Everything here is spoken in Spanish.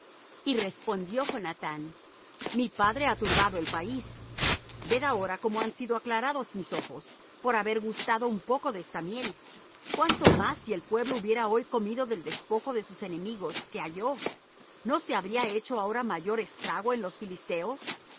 y respondió jonathán mi padre ha turbado el país ved ahora cómo han sido aclarados mis ojos por haber gustado un poco de esta miel cuánto más si el pueblo hubiera hoy comido del despojo de sus enemigos que halló no se habría hecho ahora mayor estrago en los filisteos